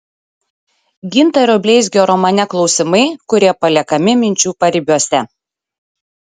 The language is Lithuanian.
gintaro bleizgio romane klausimai kurie paliekami minčių paribiuose